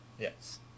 Yes